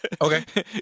Okay